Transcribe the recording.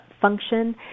function